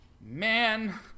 man